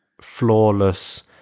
flawless